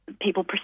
people